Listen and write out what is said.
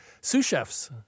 sous-chefs